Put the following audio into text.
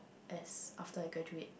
as after I graduate